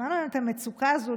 שמענו מהם את המצוקה הזו,